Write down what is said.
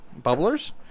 bubblers